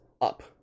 up